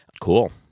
cool